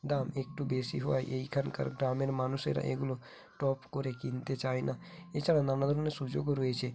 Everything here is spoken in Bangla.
দাম একটু বেশি হওয়ায় এখানকার গ্রামের মানুষেরা এগুলো টপ করে কিনতে চায় না এছাড়া নানা ধরনের সুযোগও রয়েছে